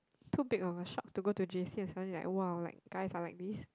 too big of a shock to go to J_C and suddenly like !wow! like guys are like this